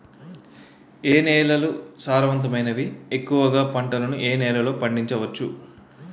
ఏ నేలలు సారవంతమైనవి? ఎక్కువ గా పంటలను ఏ నేలల్లో పండించ వచ్చు?